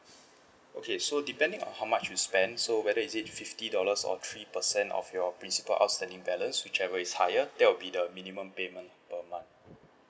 okay so depending on how much you spend so whether is it fifty dollars or three percent of your principal outstanding balance whichever is higher that will be the minimum payment per month